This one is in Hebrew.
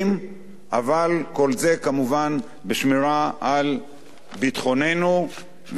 אבל כל זה כמובן בשמירה על ביטחוננו ועל קיומה של